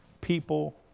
people